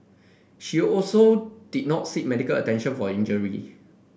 she also did not seek medical attention for injury